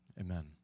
Amen